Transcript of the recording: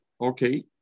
Okay